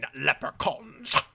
leprechauns